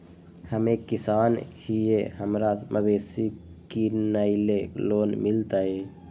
हम एक किसान हिए हमरा मवेसी किनैले लोन मिलतै?